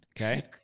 Okay